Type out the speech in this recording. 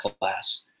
class